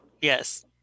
Yes